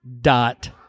dot